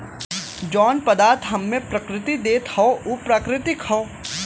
जौन पदार्थ हम्मे प्रकृति देत हौ उ प्राकृतिक हौ